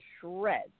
shreds